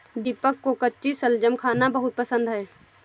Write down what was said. दीपक को कच्ची शलजम खाना बहुत पसंद है